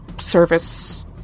service